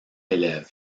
élève